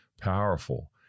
Powerful